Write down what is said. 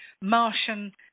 Martian